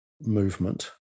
movement